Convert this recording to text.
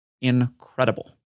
incredible